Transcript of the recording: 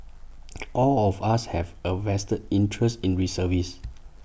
all of us have A vested interest in reservist